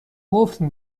قفل